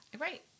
Right